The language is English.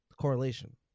correlation